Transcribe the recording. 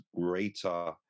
greater